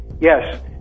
Yes